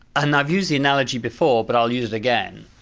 and i've used the analogy before but i'll use it again,